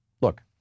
look